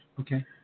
Okay